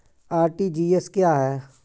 RTGS क्या है?